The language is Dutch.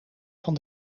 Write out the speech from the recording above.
van